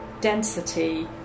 density